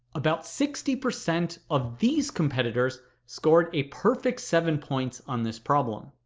about sixty percent of these competitors scored a perfect seven points on this problem.